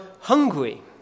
hungry